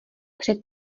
před